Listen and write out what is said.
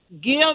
give